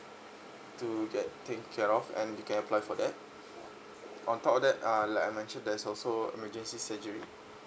to get taken care of and you can apply for that on top of that uh like I mentioned there is also emergency surgery